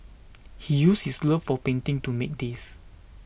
he used his love of painting to make these